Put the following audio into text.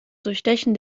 durchstechen